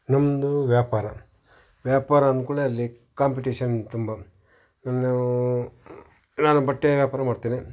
ನಮ್ಮದು ವ್ಯಾಪಾರ ವ್ಯಾಪಾರ ಅಂದ್ಕುಡ್ಲೆ ಅಲ್ಲಿ ಕಾಂಪಿಟೀಷನ್ ತುಂಬ ನಾನೂ ನಾನು ಬಟ್ಟೆ ವ್ಯಾಪಾರ ಮಾಡ್ತೇನೆ